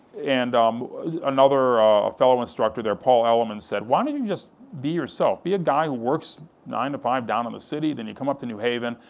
and um another fellow instructor there, paul ellerman said, why don't you just be yourself? be a guy who works nine to five down in the city, then he'd come up new haven,